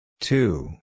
Two